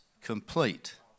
complete